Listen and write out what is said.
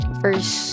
first